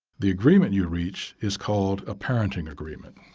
the agreement you reach is called a parenting agreement.